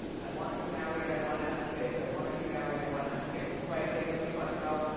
i wanna be married, i wanna have kids. i wanna be married, i wanna have kids. right lady in the front row.